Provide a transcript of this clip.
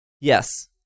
Yes